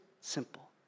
simple